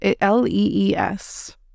l-e-e-s